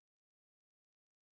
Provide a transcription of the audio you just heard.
ya what to